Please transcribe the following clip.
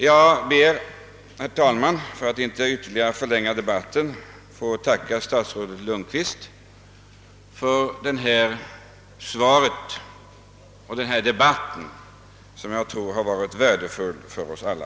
Jag skall inte ytterligare förlänga debatten, utan ber endast, herr talman, att få ytterligare tacka herr statsrådet Lundkvist för hans svar och för denna debatt som jag tror har varit värdefull för oss alla.